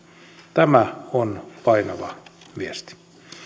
tämä on painava viesti